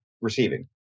receiving